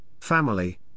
family